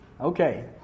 Okay